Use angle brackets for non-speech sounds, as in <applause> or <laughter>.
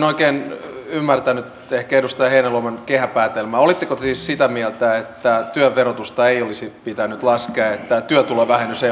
<unintelligible> oikein ymmärtänyt ehkä edustaja heinäluoman kehäpäätelmää olitteko siis sitä mieltä että työn verotusta ei olisi pitänyt laskea ja että työtulovähennystä <unintelligible>